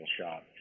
shot